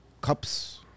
Cups